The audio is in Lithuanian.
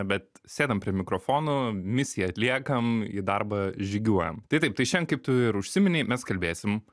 bet sėdam prie mikrofonų misiją atliekam į darbą žygiuojam tai taip tai šian kaip tu ir užsiminei mes kalbėsim